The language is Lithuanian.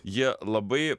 jie labai